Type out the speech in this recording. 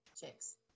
chicks